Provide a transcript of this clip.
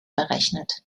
berechnet